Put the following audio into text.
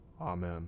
Amen